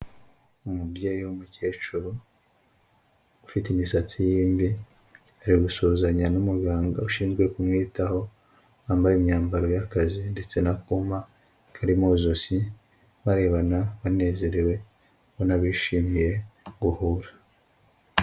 Umubyeyi w'umukecuru ufite imisatsi y'imvi ari gusuhuzanya n'umuganga ushinzwe kumwitaho wambaye imyambaro y'akazi ndetse n'akuma kari mu ijosi barebana banezerewe nk'abishimiye guhura.